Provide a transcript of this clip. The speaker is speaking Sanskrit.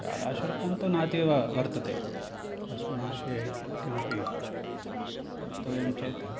शालाशुल्कं तु नातीव वर्तते अस्मिन् विषये किमपि वक्तव्यं चेत्